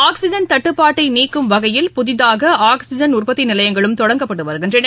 oxygen தட்டுப்பாட்டை நீக்கும் வகையில் புதிதூக ஆக்ஸிஜன் உற்பத்தி நிலையங்களும் தொடங்கப்பட்டு வருகின்றன